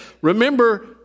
Remember